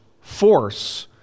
force